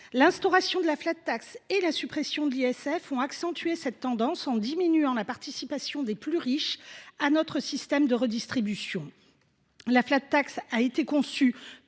L’instauration de la et la suppression de l’ISF ont accentué cette tendance en diminuant la participation des plus riches à notre système de redistribution. La a été conçue